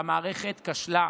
והמערכת כשלה,